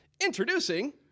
Introducing